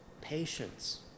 patience